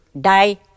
die